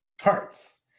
hurts